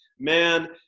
Man